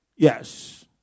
Yes